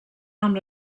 amb